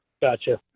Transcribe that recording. Gotcha